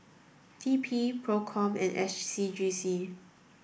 T P PROCOM and S C G C